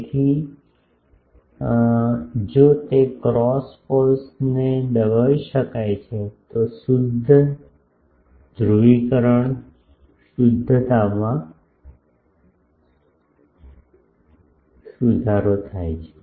તેથી જો તે ક્રોસ પોલ્સને દબાવી શકાય છે તો શુદ્ધ ધ્રુવીકરણ શુદ્ધતામાં સુધારો થાય છે